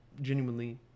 genuinely